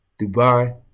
Dubai